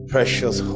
Precious